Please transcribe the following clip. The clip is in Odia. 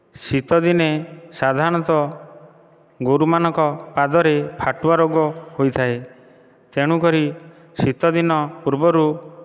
ଶୀତଦିନେ ସାଧାରଣତଃ ଗୋରୁମାନଙ୍କ ପାଦରେ ଫାଟୁଆ ରୋଗ ହୋଇଥାଏ ତେଣୁକରି ଶୀତଦିନ ପୂର୍ବରୁ